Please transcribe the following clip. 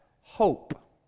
hope